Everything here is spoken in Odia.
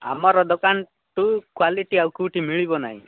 ଆମର ଦୋକାନଠୁ କ୍ୱାଲିଟି ଆଉ କେଉଁଠି ମିଳିବ ନାହିଁ